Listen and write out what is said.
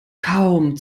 kaum